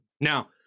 now